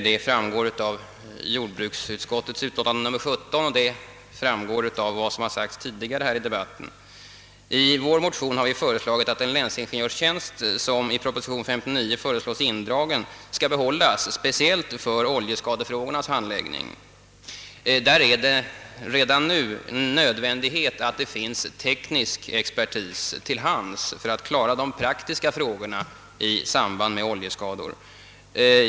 Det framgår av jordbruksutskottets utlåtande nr 17 och av vad som har sagts tidigare här i debatten. I vår motion har vi föreslagit att den länsingenjörstjänst, som i proposition nr 59 föreslås indragen, skall behållas speciellt för oljeskadefrågornas handläggning. Det är redan nu nödvändigt att det finns teknisk expertis till hands för att klara de praktiska problemen i samband med oljeskador.